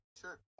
Sure